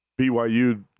BYU